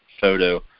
photo